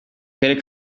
karere